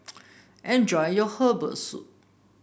enjoy your Herbal Soup